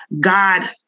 God